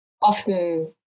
often